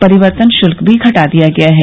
परिवर्तन शुल्क भी घटा दिया गया है